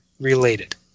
related